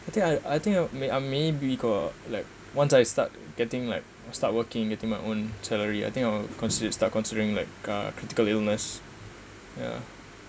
I think I I think I may I maybe or like once I start getting like start working in getting my own salary I think I'll consider start considering like uh critical illness ya